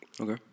Okay